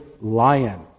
lion